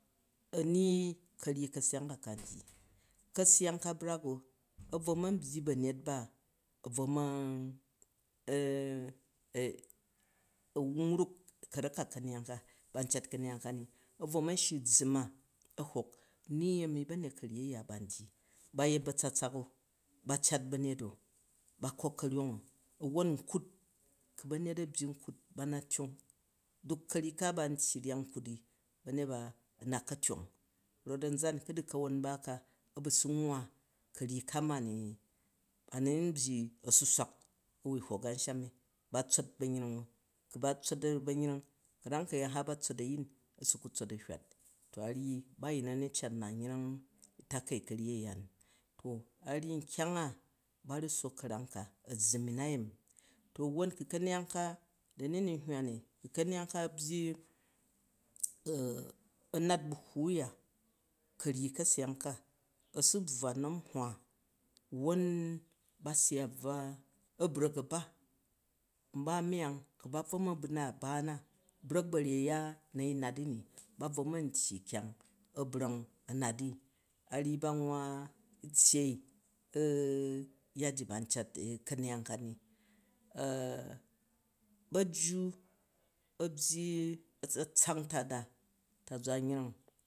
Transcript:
Ami ka̱ryang ka ka̱ ndyi ka̱reyang ka brak o, a bvo man byi ba̱nyet ba a bvo man anu wruk ka̱rak ka ka̱neyang ka, ba n cat kaneyang ka ni a̱ bvo man shyi u̱ zzum a a̱ hwok ni ami ba̱nyet ka̱ryi aya ba ndyi be yet ba̱tsatsak o? Ba cat banyet o? Ba koko ka̱ryong o? A̱won nkut, ku ba̱nyel a̱ byi nkut, ba na tyong, duk ka̱ryi ka ba ntyi ryang nkut di ba̱nyet ba ana ka tyong rot a̱nyan kudu ka̱won nba ka a̱ bu su nwwa ka̱ryi ka ma ni a nun nbyi a̱suswak wui hok a̱nsham ni. Ba tsot banyring o? Ku ba tsof ba̱nyring ka̱ram ka̱yaan batsot a̱yin a̱su ku tsot a hywat, to a ryi ɓa a̱yin nu a nu cat nat yreng u takai ka̱ryi a̱ya ni. A̱ ryi nkyang a ba fu sook ka̱ram ka a̱ zzum niu na yemi. Won ku ka̱neyang ka, dani nin hywo ni ku̱ ka̱neyang ka a byi a nat bu̱ hwwu u̱ ya ka̱ryi ka̱seyang ka, a̱su bvwa nnom nhwa, won ba su wa bvwa, a̱ brak a ba, nba meyang ku ba bvo man bu̱naat ba na, brak bu a̱ryei a na yin nat i ni ba bvo man tyi kyang a brang a̱ nat i a ryi ba ba nwwa tyyee yya ji ba ncat ka̱ne yang ka ni ba̱jju a byi a̱tsatsak ntada tezwa nyreng.